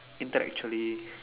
intellectually